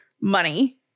money